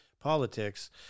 politics